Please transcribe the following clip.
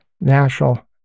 national